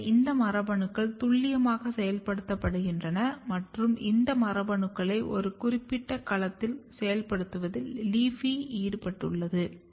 எனவே இந்த மரபணுக்கள் துல்லியமாக செயல்படுத்தப்படுகின்றன மற்றும் இந்த மரபணுக்களை ஒரு குறிப்பிட்ட களத்தில் செயல்படுத்துவதில் LEAFY ஈடுபட்டுள்ளது